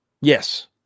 Yes